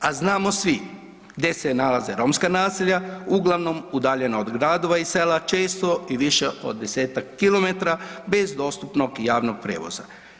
A znamo svi gdje se nalaze romska naselja, uglavnom udaljena od gradova i sela, često i više od desetak kilometra bez dostupnog javnog prijevoza.